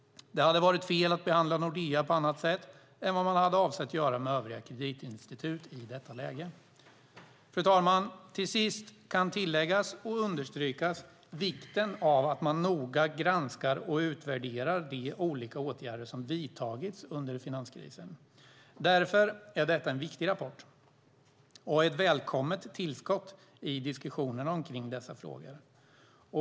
Det hade varit fel att behandla Nordea på annat sätt än vad man hade avsett att göra med övriga kreditinstitut i detta läge. Fru talman! Till sist kan tilläggas och understrykas vikten av att man noga granskar och utvärderar de olika åtgärder som vidtagits under finanskrisen. Därför är detta en viktig rapport och ett välkommet tillskott i diskussionen om dessa frågor.